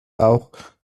auch